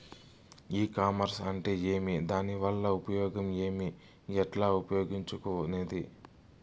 E commerce అంటే ఏమి దానివల్ల ఉపయోగం ఏమి, ఎట్లా ఉపయోగించుకునేది?